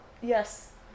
Yes